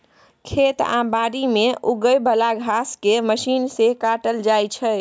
खेत आ बारी मे उगे बला घांस केँ मशीन सँ काटल जाइ छै